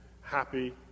happy